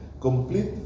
complete